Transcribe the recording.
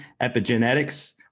epigenetics